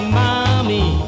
mommy